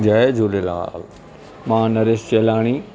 जय झूलेलाल मां नरेश चेलाणी